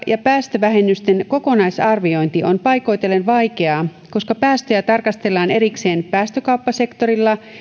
ja päästövähennysten kokonaisarviointi on paikoitellen vaikeaa koska päästöjä tarkastellaan erikseen päästökauppasektorilla